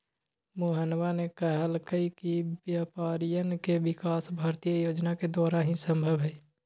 मोहनवा ने कहल कई कि व्यापारियन के विकास भारतीय योजना के द्वारा ही संभव हई